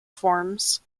forms